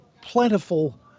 plentiful